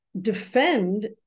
defend